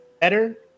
better